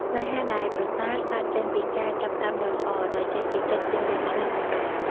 ស្នេហាដែលប្រសើរកើតចេញពីការចាប់ផ្តើមដ៏ល្អ ដោយចេញពីចិត្តរៀងៗខ្លួនផងដែរ។